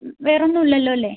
വേറെ ഒന്നും ഇല്ലല്ലോ അല്ലേ